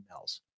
emails